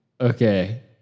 okay